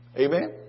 Amen